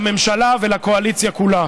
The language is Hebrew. לממשלה ולקואליציה כולה.